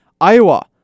Iowa